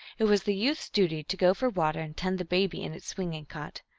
it was the youth s duty to go for water and tend the baby in its swinging cot.